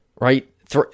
right